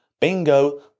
bingo